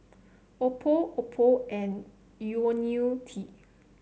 Oppo Oppo and IoniL T